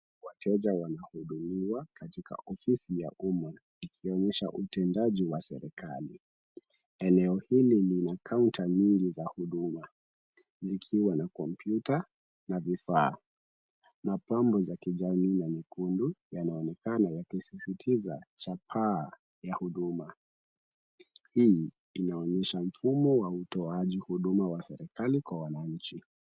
Wateja wanahudumiwa katika ofisi ya umma ikionyesha utendaji wa serikali. Eneo hili lina kaunta nyingi za huduma, ikiwa na kompyuta na vifaa. Mapambo za kijani na nyekundu yanaonekana yakisisitiza chapaa ya huduma. Hii inaonyesha mfumo wa utoaji huduma wa serikali kwa wananchi.